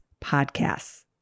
podcasts